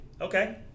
Okay